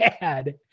bad